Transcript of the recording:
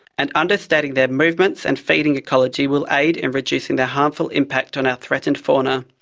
and understanding their movements and feeding ecology will aid in reducing their harmful impact on our threatened fauna.